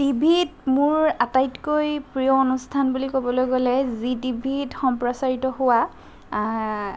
টিভিত মোৰ আটাইটকৈ প্ৰিয় অনুষ্ঠান বুলি ক'বলৈ গ'লে জি টিভিত সম্প্ৰচাৰিত হোৱা